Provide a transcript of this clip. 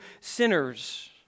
sinners